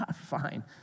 Fine